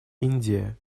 индия